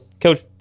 coach